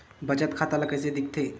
बचत खाता ला कइसे दिखथे?